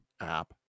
app